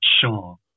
Sure